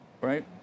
right